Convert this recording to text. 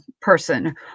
person